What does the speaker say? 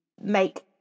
make